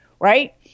right